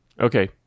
Okay